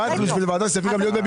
הגעת לוועדה, אז תצפי גם לביקורת.